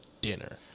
dinner